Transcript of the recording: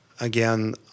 Again